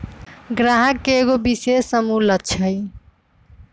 गाहक के एगो विशेष समूह लक्ष हई